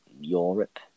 Europe